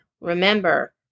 Remember